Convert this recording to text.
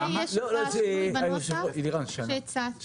אני מציע שנה.